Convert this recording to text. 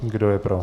Kdo je pro?